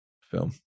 film